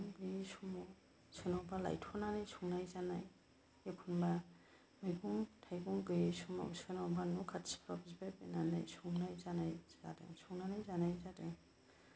माइरं गैयै समाव सोरनावबा लायथनानै संनाय जानाय एखमब्ला मैगं थाइगं गैयै समाव सोरनावबा बिबाय बायनानै संनाय जादों संनानै जानाय जादों